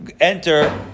enter